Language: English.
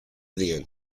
then